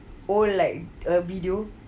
old like a video